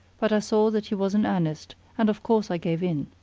but i saw that he was in earnest, and of course i gave in.